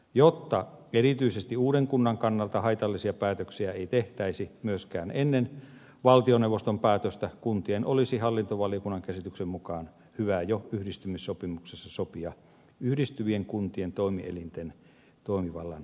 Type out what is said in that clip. jotta erityisesti uuden kunnan kannalta haitallisia päätöksiä ei tehtäisi myöskään ennen valtioneuvoston päätöstä kuntien olisi hallintovaliokunnan käsityksen mukaan hyvä jo yhdistymissopimuksessa sopia yhdistyvien kuntien toimielinten toimivallan rajoittamisesta